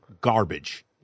garbage